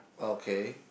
okay